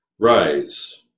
Rise